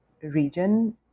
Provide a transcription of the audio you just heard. region